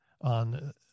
on